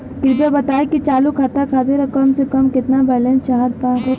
कृपया बताई कि चालू खाता खातिर कम से कम केतना बैलैंस चाहत बा